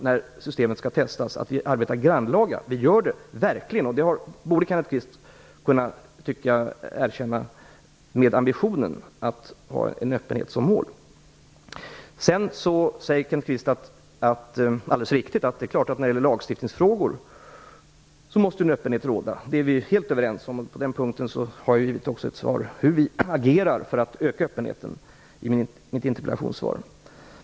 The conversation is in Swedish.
Nog finns det skäl för oss att arbeta grannlaga när systemet skall testas under de första månaderna. Vi arbetar med ambitionen att ha en öppenhet som mål. Det borde Kenneth Kvist kunna erkänna. Kenneth Kvist säger alldeles riktigt att en öppenhet måste råda när det gäller lagstiftningsfrågor. Det är vi helt överens om. Jag har svarat på hur vi agerar för att öka öppenheten i mitt interpellationssvar.